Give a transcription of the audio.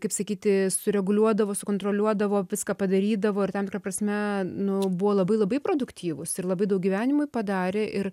kaip sakyti sureguliuodavo sukontroliuodavo viską padarydavo ir tam tikra prasme nu buvo labai labai produktyvūs ir labai daug gyvenimui padarė ir